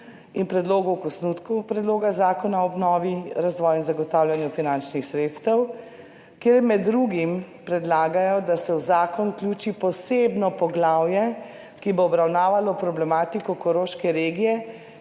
in predlogov k osnutku predloga Zakona o obnovi, razvoju in zagotavljanju finančnih sredstev, kjer med drugim predlagajo, da se v zakon vključi posebno poglavje, ki bo obravnavalo problematiko Koroške regije,